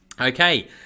Okay